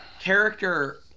character